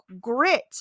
grit